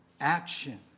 action